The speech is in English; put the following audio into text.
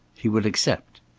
he would accept.